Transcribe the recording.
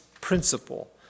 principle